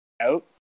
out